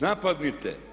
Napadnite!